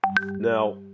Now